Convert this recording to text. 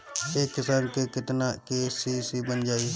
एक किसान के केतना के.सी.सी बन जाइ?